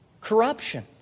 corruption